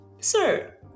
sir